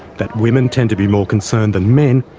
that women tend to be more concerned than men,